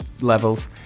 levels